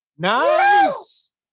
Nice